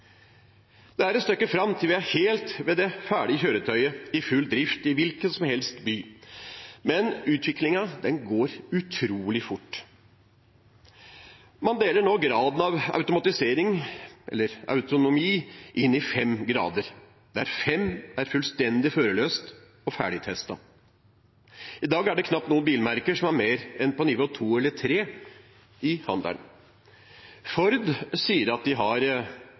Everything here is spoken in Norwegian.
Det er et stykke fram til vi er helt ved det ferdige kjøretøyet i full drift i en hvilken som helst by, men utviklingen går utrolig fort. Man deler nå graden av automatisering, eller autonomi, inn i fem grader, der fem er fullstendig førerløst og ferdigtestet. I dag er det knapt noen bilmerker i handelen som er på mer enn nivå to eller tre. Ford sier at de har